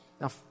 Now